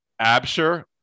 Absher